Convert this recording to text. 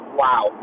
wow